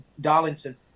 Darlington